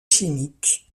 chimiques